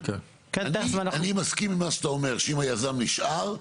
אני מסכים אם מה שאתה אומר, שאם היזם נשאר,